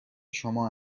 شما